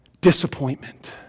disappointment